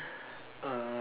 uh